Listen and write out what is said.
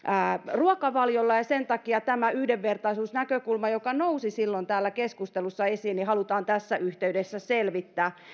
ruokavaliolla ja sen takia tämä yhdenvertaisuusnäkökulma joka nousi silloin täällä keskustelussa esiin halutaan tässä yhteydessä selvittää